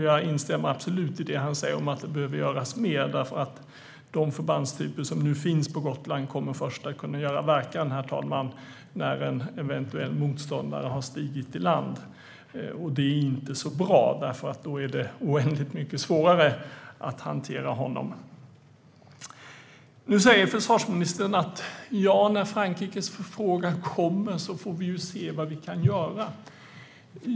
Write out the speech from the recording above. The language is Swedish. Jag instämmer helt i det han säger om att det behöver göras mer, för de förbandstyper som finns på Gotland kommer först att kunna göra verkan när en eventuell motståndare har stigit i land. Det är inte så bra, för då är det oändligt mycket svårare att hantera honom. Försvarsministern säger att när Frankrikes förfrågan kommer får vi se vad vi kan göra.